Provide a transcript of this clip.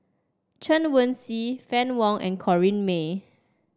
Chen Wen Hsi Fann Wong and Corrinne May